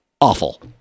Awful